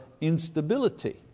instability